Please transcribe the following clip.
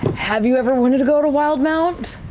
have you ever wanted to go to wildemount?